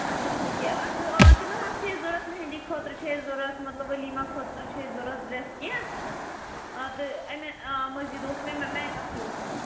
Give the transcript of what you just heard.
اچھا اچھا ٹھیٖک اَسہِ ٲسۍ تِمٕے حظ چھِ اَسہِ ضوٚرَتھ میٚہِنٛدی خٲطرٕ چھِ اَسہِ ضوٚرَتھ مطلب ؤلیٖما خٲطرٕ چھِ اَسہِ ضوٚرَتھ ڈرٛٮ۪س کینٛہہ آ تہٕ اَمہِ مٔزیٖد اوس مےٚ مےٚ میکَپ تہِ اوس مےٚ